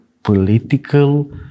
political